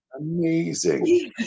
amazing